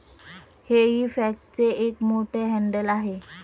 हेई फॉकचे एक मोठे हँडल आहे